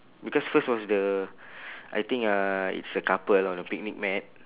because first was the I think uh it's a couple on the picnic mat